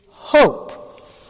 Hope